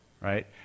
Right